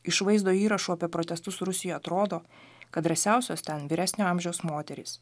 iš vaizdo įrašų apie protestus rusijoj atrodo kad drąsiausios ten vyresnio amžiaus moterys